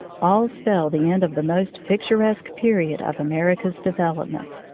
all spell the end of the most pic turesque period of america's development.